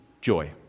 joy